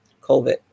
COVID